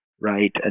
right